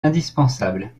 indispensable